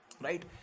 Right